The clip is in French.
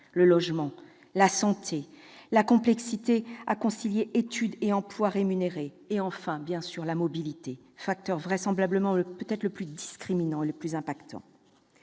le logement, la santé, la complexité à concilier études et emploi rémunéré, enfin la mobilité, facteur vraisemblablement le plus discriminant et le plus violent.